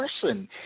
person